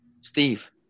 Steve